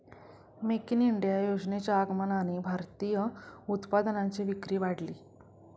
make in India योजनेच्या आगमनाने भारतीय उत्पादनांची विक्री वाढली